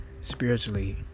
spiritually